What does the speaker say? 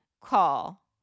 call